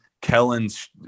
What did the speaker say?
Kellen's